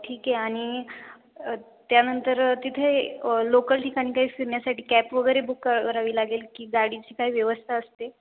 ठीक आहे आणि त्यानंतर तिथे लोकल ठिकाणी काही फिरण्यासाठी कॅब वगैरे बुक क करावी लागेल की गाडीची काही व्यवस्था असते